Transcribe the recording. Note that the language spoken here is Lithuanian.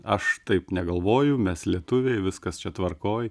aš taip negalvoju mes lietuviai viskas čia tvarkoj